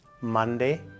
Monday